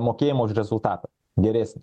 mokėjimo už rezultatą geresnį